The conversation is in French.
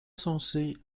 censée